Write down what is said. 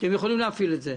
אתם יכולים להפעיל את זה.